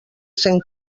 cent